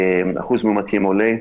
אחוז המאומתים עולה.